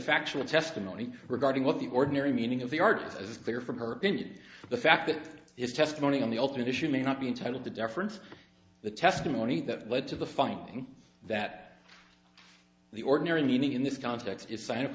factual testimony regarding what the ordinary meaning of the art is as clear from her opinion the fact that his testimony on the ultimate issue may not be entitled to deference the testimony that led to the finding that the ordinary meaning in this context is sign